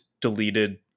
deleted